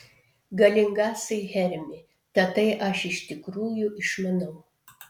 galingasai hermi tatai aš iš tikrųjų išmanau